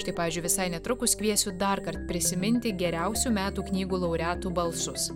štai pavyzdžiui visai netrukus kviesiu darkart prisiminti geriausių metų knygų laureatų balsus